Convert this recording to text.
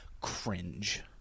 cringe